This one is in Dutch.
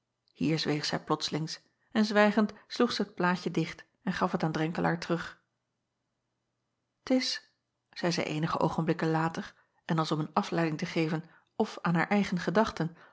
hier zweeg zij plotslings en zwijgend sloeg zij het plaatje dicht en gaf het aan renkelaer terug t s zeî zij eenige oogenblikken later en als om een afleiding te geven f aan haar eigen gedachten